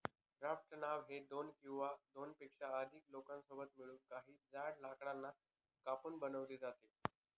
raft नाव ही दोन किंवा दोनपेक्षा अधिक लोकांसोबत मिळून, काही जाड लाकडांना कापून बनवली जाते